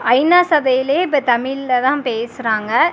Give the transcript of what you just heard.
ஐநா சபையிலேயே இப்போ தமிழில தான் பேசுகிறாங்க